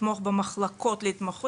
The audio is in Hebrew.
לתמוך במחלקות להתמחות.